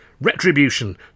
Retribution